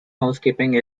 housekeeping